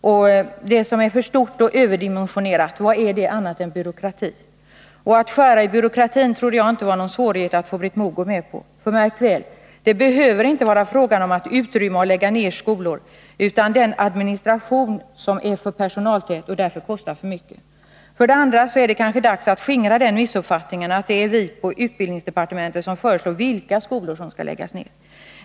Och det som är för stort och överdimensionerat, vad är det annat än byråkrati? Att få Britt Mogård med på att skära i byråkratin trodde jag inte var någon svårighet. Märk väl att det inte behöver vara fråga om att utrymma och lägga ner skolor utan att det gäller att minska den administration som är för personaltät och därför kostar för mycket. För det andra är det kanske dags att skingra missuppfattningen att det är vi på utbildningsdepartementet som föreslår vilka skolor som skall läggas ner.